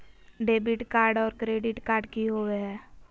Debit card और credit card की होवे हय?